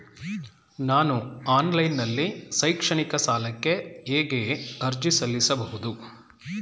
ನಾನು ಆನ್ಲೈನ್ ನಲ್ಲಿ ಶೈಕ್ಷಣಿಕ ಸಾಲಕ್ಕೆ ಹೇಗೆ ಅರ್ಜಿ ಸಲ್ಲಿಸಬಹುದು?